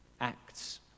acts